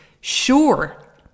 Sure